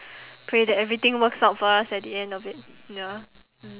pray that everything works out for us at the end of it ya mm